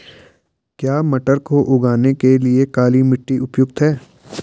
क्या मटर को उगाने के लिए काली मिट्टी उपयुक्त है?